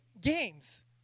games